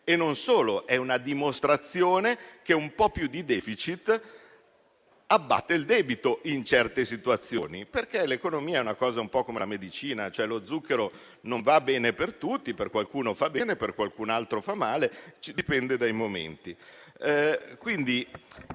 l'altro è una dimostrazione del fatto che un po' più di *deficit* abbatte il debito in certe situazioni. L'economia è un po' come la medicina: lo zucchero non va bene per tutti, a qualcuno fa bene e a qualcun altro fa male, dipende dai momenti.